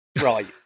Right